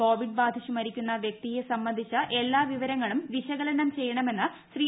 Covid ബാധിച്ച് മരിക്കുന്ന വൃക്തിയെ സംബന്ധിച്ച എല്ലാ വിവരങ്ങളും വിശ്ക്കലനം ചെയ്യണമെന്ന് ശ്രീ